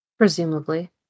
Presumably